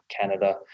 Canada